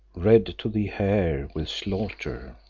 red to the hair with slaughter.